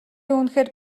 үнэхээр